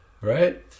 right